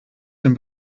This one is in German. dem